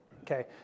Okay